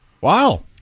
Wow